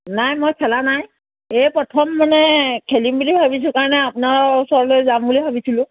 নাই মই খেলা নাই এয়ে প্ৰথম মানে খেলিম বুলি ভাবিছোঁ কাৰণে আপোনাৰ ওচৰলৈ যাম বুলি ভাবিছিলোঁ